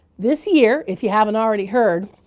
this year, if you haven't already heard,